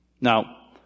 Now